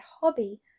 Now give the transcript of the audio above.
hobby